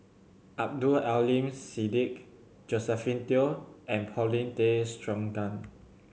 Abdul Aleem Siddique Josephine Teo and Paulin Tay Straughan